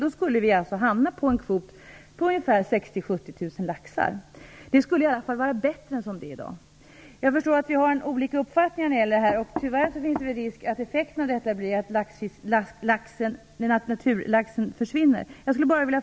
Då skulle vi hamna på en kvot på 60 000 70 000 laxar. Det vore i varje fall bättre än som det är i dag. Jag förstår att vi har olika uppfattningar när det gäller detta. Tyvärr finns det risk att effekten av detta blir att naturlaxen försvinner. Jag skulle bara vilja fråga...